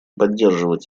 поддерживать